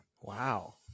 wow